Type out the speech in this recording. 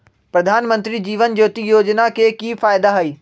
प्रधानमंत्री जीवन ज्योति योजना के की फायदा हई?